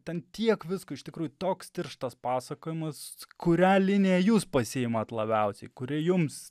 ten tiek visko iš tikrųjų toks tirštas pasakojimas kurią liniją jūs pasiimat labiausiai kuri jums